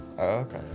Okay